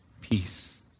Peace